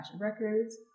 Records